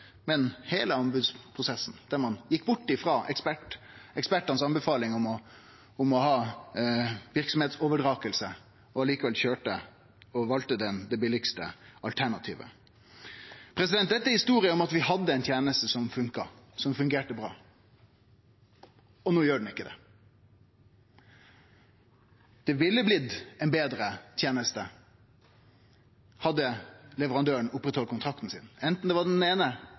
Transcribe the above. men heile anbodsprosessen, der ein gjekk bort frå anbefalinga frå ekspertane om verksemdsoverdraging og likevel valde det billegaste alternativet? Dette er historia om at vi hadde ei teneste som fungerte bra, og no gjer ho ikkje det. Det ville ha blitt ei betre teneste om leverandøren hadde overhalde kontrakten sin – anten det var den eine,